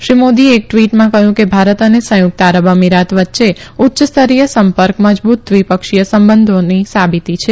શ્રી મોદીએ એક ટવીટમાં કહ્યું કે ભારત અને સંયુકત આરબ અમીરાત વચ્ચે ઉચ્ય સ્તરીય સંપર્ક મજબુત દ્વિપક્ષીય સંબંધોની સાબીતી છે